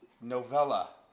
novella